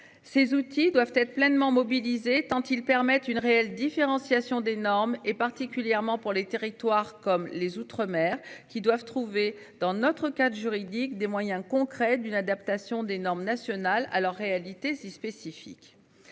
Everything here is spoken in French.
Ces outils doivent être pleinement mobilisé tant ils permettent une réelle différenciation des normes et particulièrement pour les territoires comme les outre-mer qui doivent trouver dans notre cadre juridique des moyens concrets d'une adaptation des normes nationales à alors réalité si spécifique.